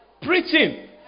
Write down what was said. Preaching